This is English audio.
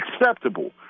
acceptable